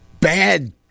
bad